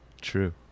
True